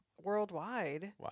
worldwide